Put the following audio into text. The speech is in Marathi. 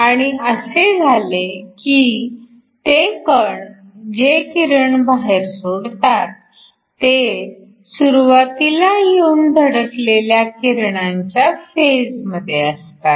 आणि असे झाले की ते कण जे किरण बाहेर सोडतात ते सुरवातीला येऊन धडकलेल्या किरणांच्या फेजमध्ये असतात